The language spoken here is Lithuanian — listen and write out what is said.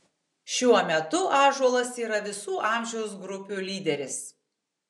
šiuo metu ąžuolas yra visų amžiaus grupių lyderis